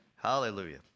Hallelujah